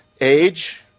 age